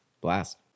Blast